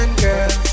girl